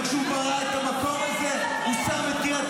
וכשהוא ברא את המקום הזה הוא שם את קריית